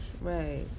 Right